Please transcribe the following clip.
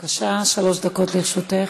בבקשה, שלוש דקות לרשותך.